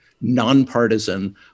nonpartisan